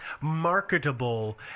Marketable